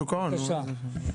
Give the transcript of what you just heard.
בבקשה.